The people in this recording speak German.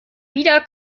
wieder